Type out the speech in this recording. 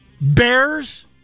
Bears